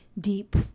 deep